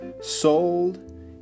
sold